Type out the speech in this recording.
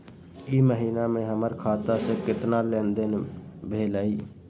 ई महीना में हमर खाता से केतना लेनदेन भेलइ?